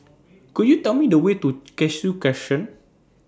Could YOU Tell Me The Way to Cashew Crescent